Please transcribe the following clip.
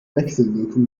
wechselwirkung